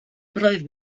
roedd